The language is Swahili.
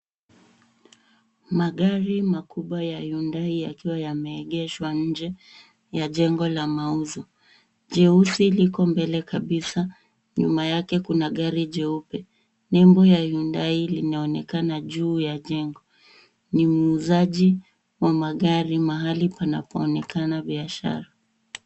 Magari makubwa ya Hyundai yakiwa yameegeshwa nje ya jengo la mauzo. Jeusi liko mbele kabisa. Nyuma yake kuna gari jeupe. Nembo la hyundai linaonekana juu ya jengo. Ni uuzaji wa magari mahali panapoonekana biashara.